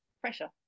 pressure